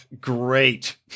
great